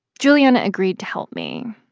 juliana agreed to help me,